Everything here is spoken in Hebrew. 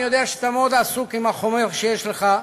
אני יודע שאתה מאוד עסוק עם החומר שיש לך,